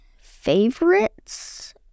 favorites